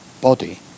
body